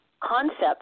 concept